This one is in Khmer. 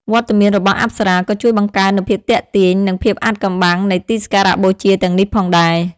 វត្តមានរបស់អប្សរាក៏ជួយបង្កើននូវភាពទាក់ទាញ និងភាពអាថ៌កំបាំងនៃទីសក្ការបូជាទាំងនេះផងដែរ។